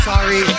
sorry